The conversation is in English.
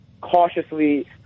cautiously